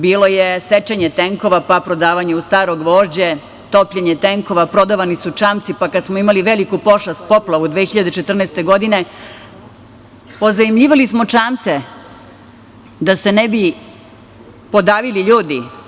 Bilo je sečenje tenkova pa prodavanje u staro gvožđe, topljenje tenkova, prodavani su čamci pa kad smo imali veliku pošast, poplavu 2014. godine, pozajmljivali smo čamce da se ne bi podavili ljudi.